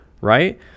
right